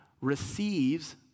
receives